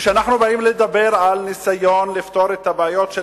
כשאנחנו באים לדבר על ניסיון לפתור את הבעיות של